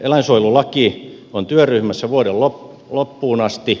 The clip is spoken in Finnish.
eläinsuojelulaki on työryhmässä vuoden loppuun asti